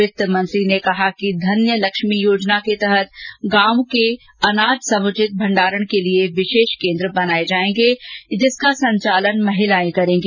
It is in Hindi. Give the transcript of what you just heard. वित्त मंत्री ने कहा कि धन्य लक्ष्मी योजना के तहत गांव के अनाज समुचित भंडारण के लिए विशेष केन्द्र बनाये जायेंगे जिसका संचालन महिलाएं करेंगी